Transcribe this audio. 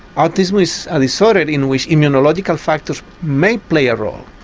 autism is a disorder in which immunological factors may play a role.